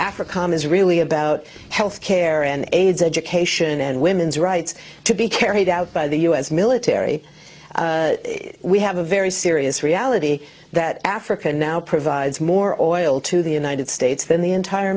africa is really about health care and aids education and women's rights to be carried out by the u s military we have a very serious reality that africa now provides more oil to the united states than the entire